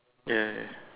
ya ya ya